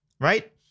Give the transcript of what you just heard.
right